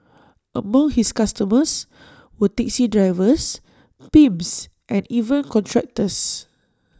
among his customers were taxi drivers pimps and even contractors